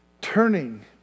turning